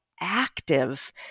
active